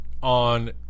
On